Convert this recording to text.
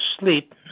sleep